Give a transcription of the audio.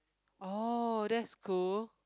oh that's cool